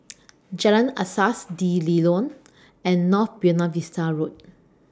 Jalan Asas D'Leedon and North Buona Vista Road